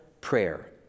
prayer